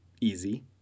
easy